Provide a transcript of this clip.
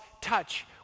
touch